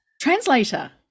translator